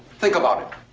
think about it.